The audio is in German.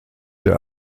der